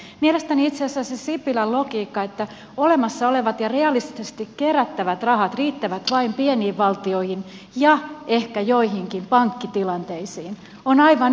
mielestäni itse asiassa se sipilän logiikka että olemassa olevat ja realistisesti kerättävät rahat riittävät vain pieniin valtioihin ja ehkä joihinkin pankkitilanteisiin on aivan ymmärrettävä